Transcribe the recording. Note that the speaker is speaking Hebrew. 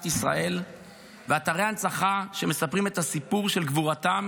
ישראל ואתרי הנצחה שמספרים את הסיפור של גבורתם